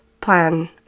plan